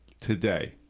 today